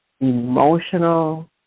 Emotional